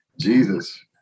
Jesus